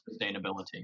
sustainability